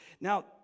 Now